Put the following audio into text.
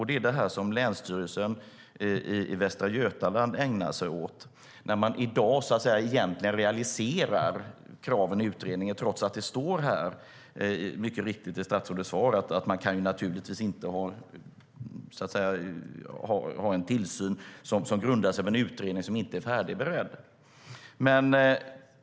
Det är det som Länsstyrelsen i Västra Götaland ägnar sig åt när de i dag realiserar kraven i utredningen trots att det mycket riktigt står i statsrådets svar att man naturligtvis inte kan ha en tillsyn som grundar sig på en utredning som inte är färdigberedd.